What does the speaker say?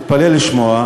תתפלא לשמוע,